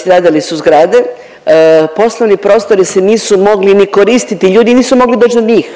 stradali su zgrade, poslovni prostori se nisu mogli ni koristiti, ljudi nisu mogli doći do njih.